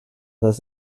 this